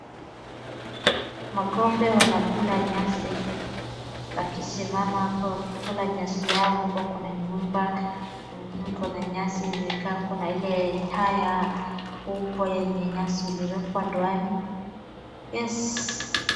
Mang'ombe wanakula nyasi wakisimama hapo wakikula nyasi yao hapo kuna nyumba, kuna nyasi imekaa, kuna ile tyre uko yenye nyasi iliwekwa ndani.